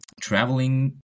traveling